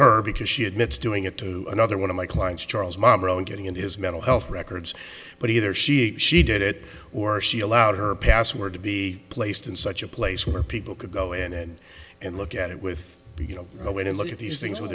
her because she admits doing it to another one of my clients charles marlboro and getting into his mental health records but either she she did it or she allowed her password to be placed in such a place where people could go and and look at it with you know go in and look at these things w